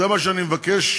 זה מה שאני מבקש.